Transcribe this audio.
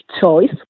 choice